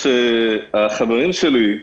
החברים שלי,